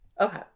Okay